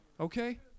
Okay